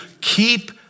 keep